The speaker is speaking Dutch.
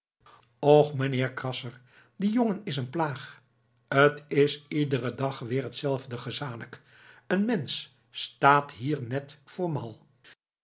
och meneer krasser die jongen is een plaag t is iederen dag weer hetzelfde gezanik een mensch staat hier net voor mal